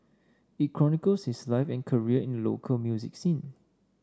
it chronicles his life and career in local music scene